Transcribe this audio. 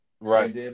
right